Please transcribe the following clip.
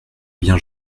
bien